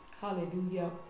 hallelujah